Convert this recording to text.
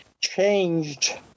changed